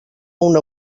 una